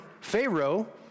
Pharaoh